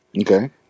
Okay